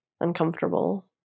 uncomfortable